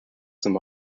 some